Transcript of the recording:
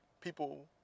people